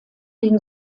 den